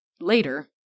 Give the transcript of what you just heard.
later